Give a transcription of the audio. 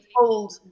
told